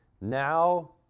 now